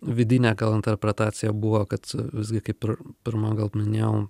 vidinė gal interpretacija buvo kad visgi kaip ir pirma gal minėjau